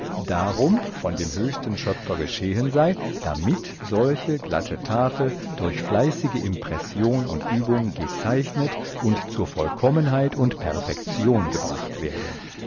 darumb von dem höchsten schöpfer geschehen sei damit solche glatte tafel durch fleißige impression und übung gezeichnet und zur vollkommenheit und perfektion gebracht werde